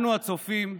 לנו, הצופים,